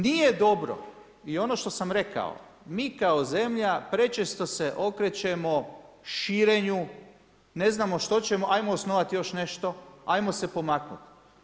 Nije dobro, i ono što sam rekao, mi kao zemlja prečesto se okrećemo širenju, ne znamo što ćemo, ajmo osnovat još nešto, ajmo se pomaknut.